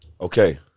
Okay